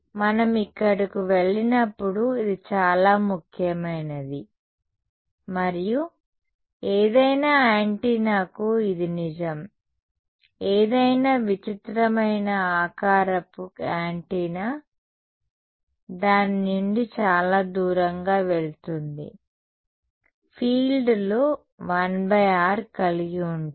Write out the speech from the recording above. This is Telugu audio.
మనం ఇక్కడకు వెళ్లినప్పుడు ఇది చాలా ముఖ్యమైనది మరియు ఏదైనా యాంటెన్నాకు ఇది నిజం ఏదైనా విచిత్రమైన ఆకారపు యాంటెన్నా దాని నుండి చాలా దూరంగా వెళుతుంది ఫీల్డ్లు 1r కలిగి ఉంటాయి